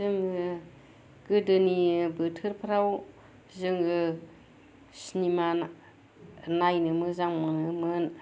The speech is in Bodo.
जोङो गोदोनि बोथोरफ्राव जोङो सिनेमा नायनो मोजां मोनोमोन